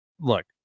look